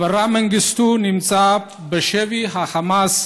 אברה מנגיסטו נמצא בשבי החמאס